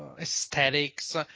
aesthetics